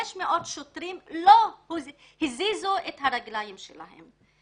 500 שוטרים לא הזיזו את הרגליים שלהם.